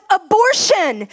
abortion